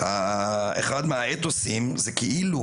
אחד מהאתוסים זה כאילו,